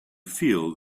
feel